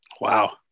Wow